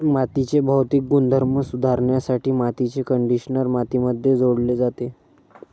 मातीचे भौतिक गुणधर्म सुधारण्यासाठी मातीचे कंडिशनर मातीमध्ये जोडले जाते